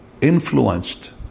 influenced